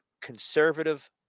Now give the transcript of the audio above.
conservative